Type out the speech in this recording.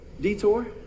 detour